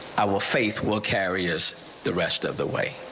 i will face will carry us the rest of the way.